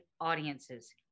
audiences